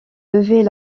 devait